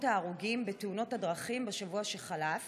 ההרוגים בתאונות הדרכים בשבוע שחלף